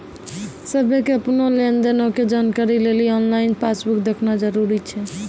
सभ्भे के अपनो लेन देनो के जानकारी लेली आनलाइन पासबुक देखना जरुरी छै